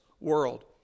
world